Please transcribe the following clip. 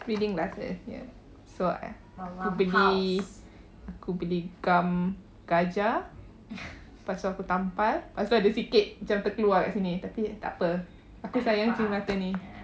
reading glasses ya so I aku pergi aku pergi gam gajah lepas tu aku tampal lepas tu ada sikit macam terkeluar kat sini tapi takpe aku sayang cermin mata ni